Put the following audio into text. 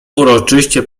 uroczyście